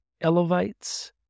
Elevates